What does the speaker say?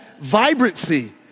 vibrancy